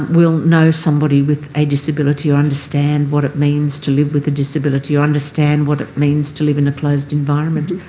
will know somebody with a disability or understand what it means to live with a disability or understand what it means to live in a closed environment.